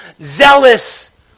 zealous